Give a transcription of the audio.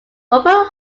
open